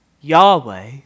Yahweh